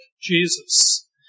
Jesus